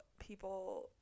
people